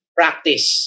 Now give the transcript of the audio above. practice